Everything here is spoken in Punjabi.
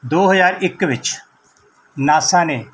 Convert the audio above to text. ਦੋ ਹਜ਼ਾਰ ਇੱਕ ਵਿੱਚ ਨਾਸਾ ਨੇ